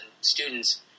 students